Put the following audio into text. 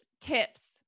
tips